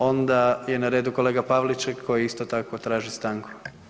Onda je na redu kolega Pavliček koji isto tako traži stanku.